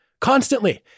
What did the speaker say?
Constantly